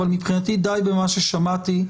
אבל מבחינתי די במה ששמעתי.